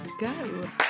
go